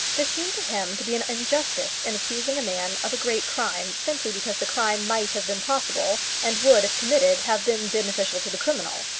there seemed to him to be an injustice in accusing a man of a great crime, simply because the crime might have been possible, and would, if committed, have been beneficial to the criminal.